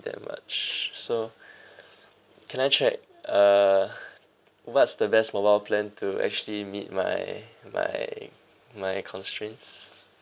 that much so can I check err what's the best mobile plan to actually meet my my my constraints